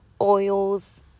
oils